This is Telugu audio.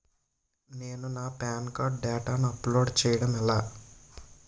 నేను నా పాన్ కార్డ్ డేటాను అప్లోడ్ చేయడం ఎలా?